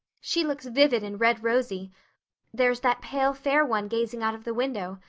she looks vivid and red-rosy there's that pale, fair one gazing out of the window.